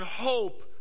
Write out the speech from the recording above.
hope